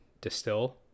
distill